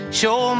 show